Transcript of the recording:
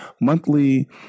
monthly